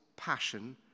passion